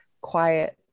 quiet